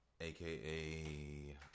aka